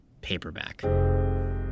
paperback